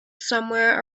somewhere